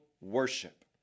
worship